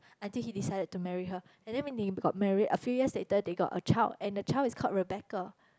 I think he decided to marry her and then when they got married a few years later they got a child and the child is called Rebecca